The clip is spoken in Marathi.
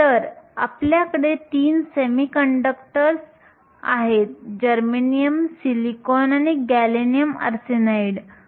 तर आपल्याकडे तीन सेमीकंडक्टर जर्मेनियम सिलिकॉन आणि गॅलियम आर्सेनाइड होते